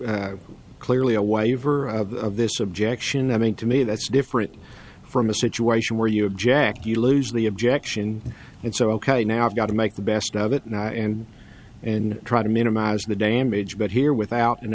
that clearly a waiver of this objection i mean to me that's different from a situation where you object you lose the objection and so ok now i've got to make the best of it now and and try to minimize the damage but here without an